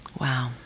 Wow